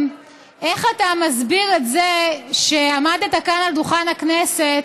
איך אתה מסביר את זה שעמדת כאן על דוכן הכנסת